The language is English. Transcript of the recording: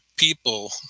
people